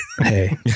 Hey